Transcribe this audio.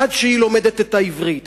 עד שהיא לומדת את העברית,